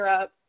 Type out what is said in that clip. up